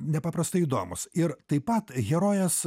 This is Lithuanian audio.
nepaprastai įdomūs ir taip pat herojės